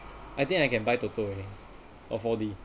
I think I can buy toto already or four D